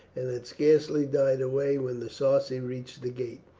and had scarcely died away when the sarci reached the gate.